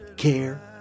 Care